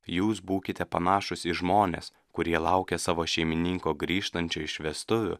jūs būkite panašūs į žmones kurie laukia savo šeimininko grįžtančio iš vestuvių